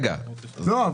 לא.